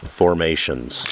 formations